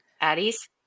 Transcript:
Addie's